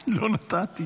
לא נתת לי